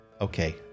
Okay